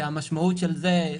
שהמשמעות של זה,